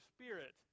Spirit